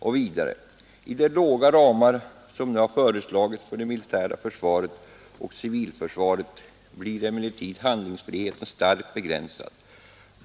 Och vidare: ”I de låga ramar som nu har föreslagits för det militära försvaret och civilförsvaret blir emellertid handlingsfriheten starkt begränsad.